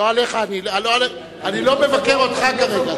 אני לא מבקר אותך כרגע.